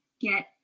get